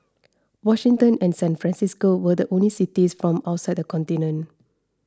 Washington and San Francisco were the only cities from outside the continent